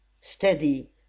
steady